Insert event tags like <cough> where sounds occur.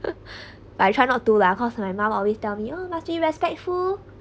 <laughs> but I try not to lah cause my mum always tell me oh must be respectful